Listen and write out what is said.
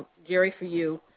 jerry, for you.